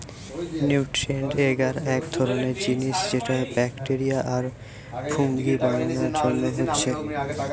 nutrient agar এক ধরণের জিনিস যেটা ব্যাকটেরিয়া আর ফুঙ্গি বানানার জন্যে হচ্ছে